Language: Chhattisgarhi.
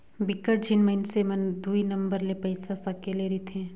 बिकट झिन मइनसे मन हर दुई नंबर ले पइसा सकेले रिथे